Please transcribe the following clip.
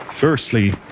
Firstly